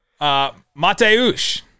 Mateusz